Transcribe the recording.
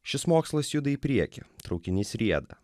šis mokslas juda į priekį traukinys rieda